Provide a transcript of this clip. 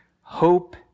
hope